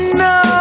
no